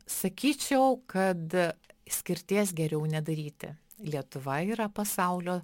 sakyčiau kad skirties geriau nedaryti lietuva yra pasaulio